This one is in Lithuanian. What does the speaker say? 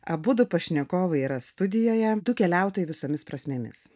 abudu pašnekovai yra studijoje du keliautojai visomis prasmėmis